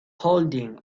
holding